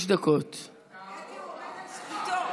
הוא עומד על זכותו.